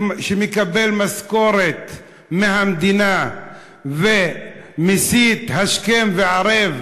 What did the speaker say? שמקבל משכורת מהמדינה ומסית השכם והערב,